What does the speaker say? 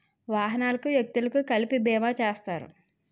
వాహనాలకు వ్యక్తులకు కలిపి బీమా చేస్తారు